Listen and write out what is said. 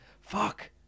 fuck